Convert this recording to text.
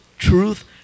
Truth